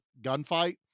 gunfight